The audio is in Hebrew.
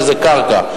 שזה קרקע,